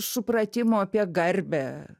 supratimo apie garbę